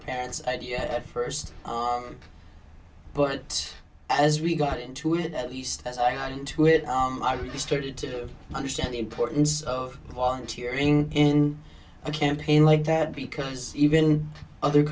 parents idea at first but as we got into it at least as i got into it are you started to understand the importance of volunteering in a campaign like that because even other